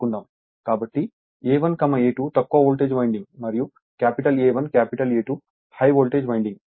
కాబట్టిa1 a2 తక్కువ voltage winding మరియు capital A1 capital A2 high voltage winding